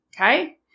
okay